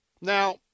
Now